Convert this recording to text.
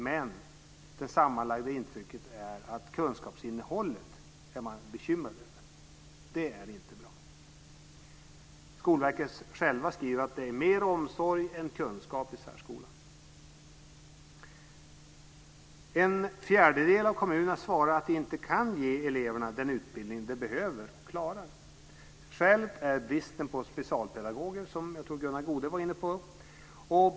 Men det samlade intrycket är att föräldrarna är bekymrade över kunskapsinnehållet. Det är inte bra. Skolverket skriver självt att det är mer omsorg än kunskap i särskolan. En fjärdedel av kommunerna svarar att de inte kan ge eleverna den utbildning de behöver och klarar. Skälet är bristen på specialpedagoger, som jag tror att Gunnar Goude var inne på.